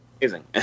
amazing